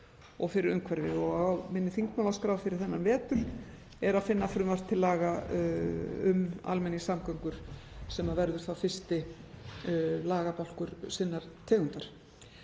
og fyrir umhverfi. Á minni þingmálaskrá fyrir þennan vetur er að finna frumvarp til laga um almenningssamgöngur sem verður fyrsti lagabálkur sinnar tegundar.